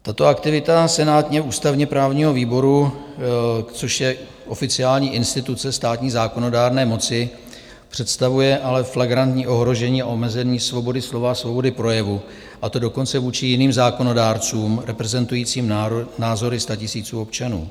Tato aktivita senátního ústavněprávního výboru, což je oficiální instituce státní zákonodárné moci, představuje ale flagrantní ohrožení a omezení svobody slova a svobody projevu, a to dokonce vůči jiným zákonodárcům reprezentujícím názory statisíců občanů.